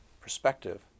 perspective